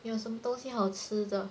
有什么东西好吃的